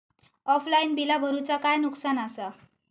Offline बिला भरूचा काय नुकसान आसा?